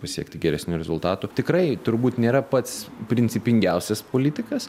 pasiekti geresnių rezultatų tikrai turbūt nėra pats principingiausias politikas